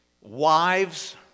wives